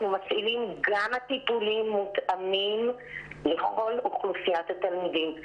גם הטיפולים מותאמים לכל אוכלוסיית התלמידים.